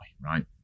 right